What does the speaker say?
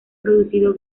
producido